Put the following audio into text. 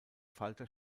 falter